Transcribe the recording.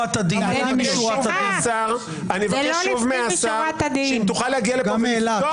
אני אבקש שוב מהשר אם תוכל להגיע פה ולפתוח את הדיון מחר בבוקר.